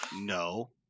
No